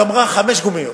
גמרה חמש גומיות,